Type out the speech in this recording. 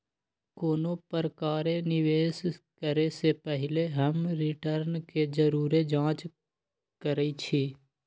कोनो प्रकारे निवेश करे से पहिले हम रिटर्न के जरुरे जाँच करइछि